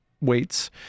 weights